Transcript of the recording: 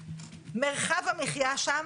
מרחב המחיה שם